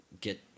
get